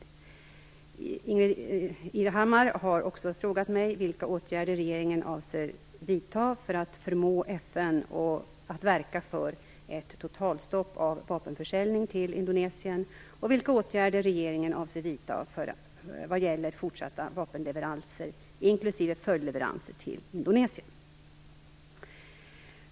Ingbritt Irhammar har också frågat mig vilka åtgärder regeringen avser vidta för att förmå FN att verka för ett totalstopp av vapenförsäljningen till Indonesien och vilka åtgärder regeringen avser vidta vad gäller fortsatta vapenleveranser, inklusive följdleveranser, till Indonesien.